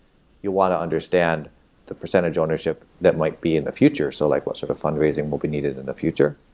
you want to understand the percentage ownership that might be in the future, so like what sort of fundraising will be needed in the future.